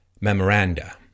memoranda